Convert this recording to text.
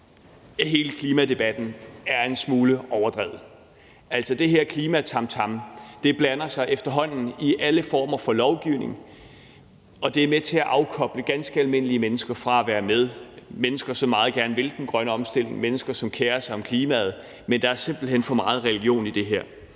hele klimadebatten er en smule overdrevet. Altså, det her klimatamtam blander sig efterhånden i alle former for lovgivning, og det er med til at afkoble ganske almindelige mennesker fra at være med, mennesker, som meget gerne vil den grønne omstilling, mennesker, som kerer sig om klimaet. Men der er simpelt hen for meget religion i det her.